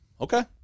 Okay